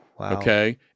okay